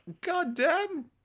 goddamn